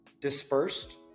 dispersed